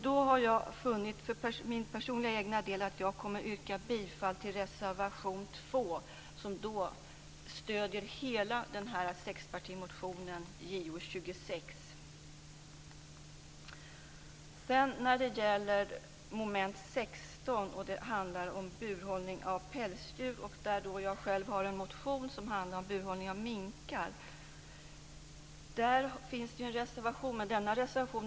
Jag har därför kommit fram till att jag skall yrka bifall till reservation 2, som innebär ett stöd för sexpartimotion Jo26 i dess helhet. När det gäller mom. 16 - det handlar om burhållning av pälsdjur, och själv har jag väckt en motion som handlar om burhållning av minkar - finns det en märklig reservation.